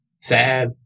Sad